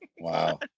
Wow